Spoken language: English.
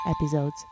episodes